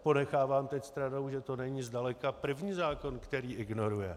Ponechávám teď stranou, že to není zdaleka první zákon, který ignoruje.